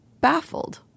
baffled